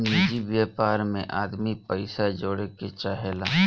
निजि व्यापार मे आदमी पइसा जोड़े के चाहेला